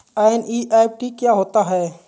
NEFT क्या होता है?